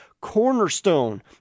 cornerstone